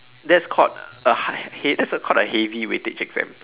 that's called a high hea~ that's called the heavy weightage exam